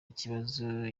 ikibazo